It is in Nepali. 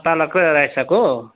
पालक र राय साग हो